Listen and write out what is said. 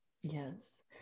yes